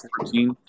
fourteen